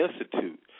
Institute